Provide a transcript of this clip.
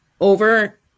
over